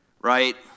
Right